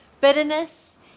bitterness